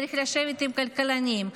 צריך לשבת עם כלכלנים,